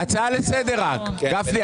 הצעה לסדר רק, גפני.